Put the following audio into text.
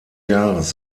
jahres